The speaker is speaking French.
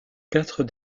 quatre